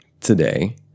today